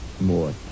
more